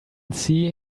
see